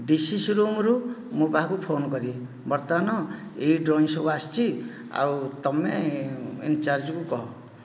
D C C ରୁମ୍ରୁ ମୋ' ପାଖକୁ ଫୋନ୍ କରିବେ ବର୍ତ୍ତମାନ ଏଇ ଡ୍ରଇଂ ସବୁ ଆସିଛି ଆଉ ତୁମେ ଇନ୍ ଚାର୍ଜକୁ କୁହ